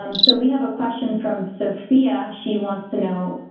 um so we have a question from sophia. she wants to know,